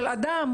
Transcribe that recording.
של אדם.